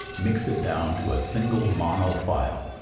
mix it down to a single mono file,